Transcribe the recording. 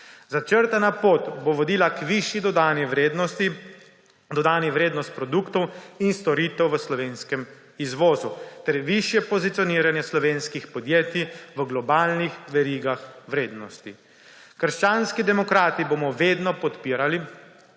Začrtana pot bo vodila k višji dodani vrednosti produktov in storitev v slovenskem izvozu ter višje pozicioniranje slovenskih podjetjih v globalnih verigah vrednosti. Krščanski demokrati bomo vedno podpirali